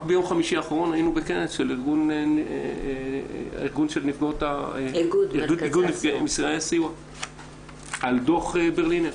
רק ביום חמישי האחרון היינו בכנס של איגוד מרכזי הסיוע על דוח ברלינר.